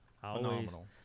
phenomenal